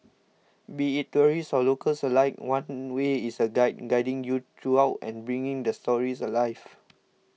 be it tourists or locals alike one way is a guide guiding you throughout and bringing the stories alive